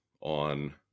on